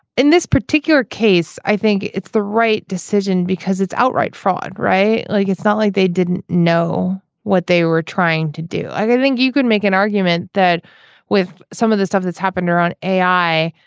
in this particular case i think it's the right decision because it's outright fraud right. look like it's not like they didn't know what they were trying to do. i don't think you could make an argument that with some of this stuff that's happened neuron a i.